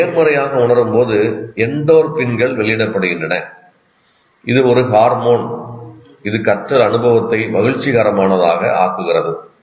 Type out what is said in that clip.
நாம் நேர்மறையாக உணரும்போது எண்டோர்பின்கள் வெளியிடப்படுகின்றன இது ஒரு ஹார்மோன் இது கற்றல் அனுபவத்தை மகிழ்ச்சிகரமானதாக ஆக்குகிறது